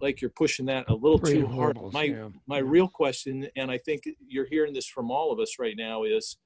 like you're pushing that a little too hard like him my real question and i think you're hearing this from all of us right now is